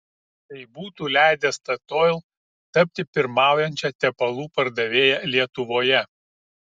tai būtų leidę statoil tapti pirmaujančia tepalų pardavėja lietuvoje